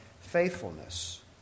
faithfulness